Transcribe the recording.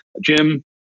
Jim